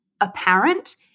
apparent